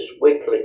weekly